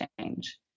change